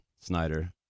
Snyder